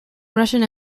russian